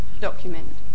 document